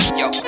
yo